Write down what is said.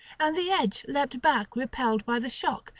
and the edge leapt back repelled by the shock,